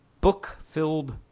book-filled